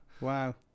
Wow